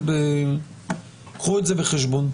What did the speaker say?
קחו את זה בחשבון.